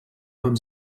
beim